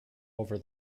over